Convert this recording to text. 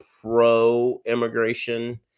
pro-immigration